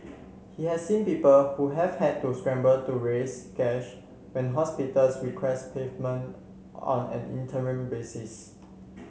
he has seen people who have had to scramble to raise cash when hospitals request payment on an interim basis